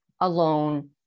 alone